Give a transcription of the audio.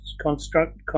construct